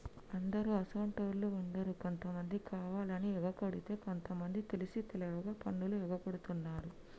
అందరు అసోంటోళ్ళు ఉండరు కొంతమంది కావాలని ఎగకొడితే కొంత మంది తెలిసి తెలవక పన్నులు ఎగగొడుతున్నారు